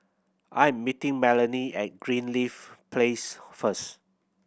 I am meeting Melanie at Greenleaf Place first